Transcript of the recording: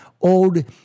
old